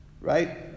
right